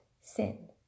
sin